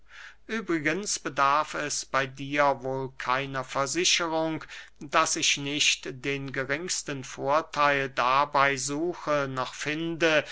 übrigens bedarf es bey dir wohl keiner versicherung daß ich nicht den geringsten vortheil dabey suche noch finde